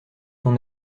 ton